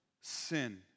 sin